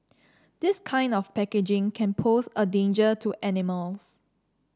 this kind of packaging can pose a danger to animals